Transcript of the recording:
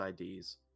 IDs